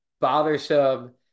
bothersome